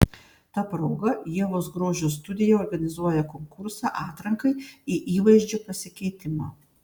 ta proga ievos grožio studija organizuoja konkursą atrankai į įvaizdžio pasikeitimą